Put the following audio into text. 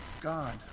God